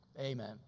amen